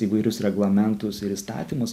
įvairius reglamentus ir įstatymus